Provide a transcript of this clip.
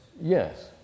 Yes